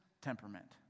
temperament